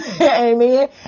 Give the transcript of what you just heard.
Amen